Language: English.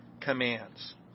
commands